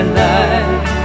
life